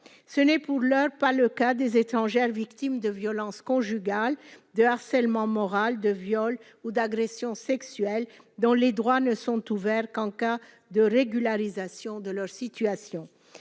ce n'est pour l'heure pas le cas des étrangères victimes de violences conjugales de harcèlement moral de viols ou d'agressions sexuelles dans les droits ne sont ouverts qu'en cas de régularisation de leur situation,